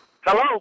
Hello